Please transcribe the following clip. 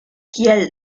kiel